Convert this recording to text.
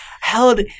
held